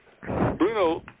Bruno